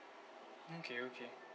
okay okay